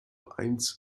eins